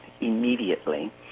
immediately